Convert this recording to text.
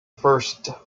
first